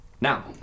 Now